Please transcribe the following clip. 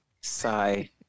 Sigh